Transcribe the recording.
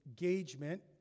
engagement